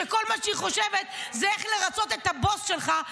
שכל מה שהיא חושבת זה איך לרצות את הבוס שלך,